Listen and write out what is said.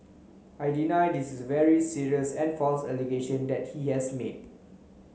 I deny this is very serious and false allegation that he has made